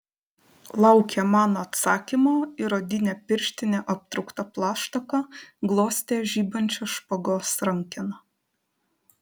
laukė mano atsakymo ir odine pirštine aptraukta plaštaka glostė žibančią špagos rankeną